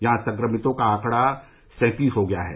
यहां संक्रमितों का आंकड़ा सैंतीस हो गया है